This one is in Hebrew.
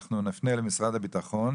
אנחנו נפנה למשרד הביטחון